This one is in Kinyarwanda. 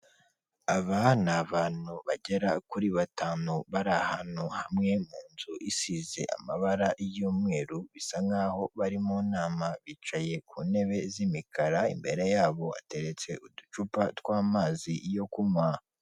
Aba ni abantu bagera kuri batanu bari ahantu hamwe mu nzu isize amabara y'umweru, bisa nk'aho bari mu nama bicaye ku ntebe z'imikara, imbere yabo hateretse uducupa tw'amazi yo kunywa.